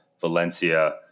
Valencia